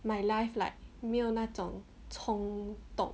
my life like 没有那种冲动